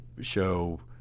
show